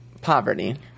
poverty